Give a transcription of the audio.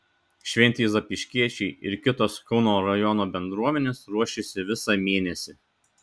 šventei zapyškiečiai ir kitos kauno rajono bendruomenės ruošėsi visą mėnesį